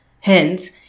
Hence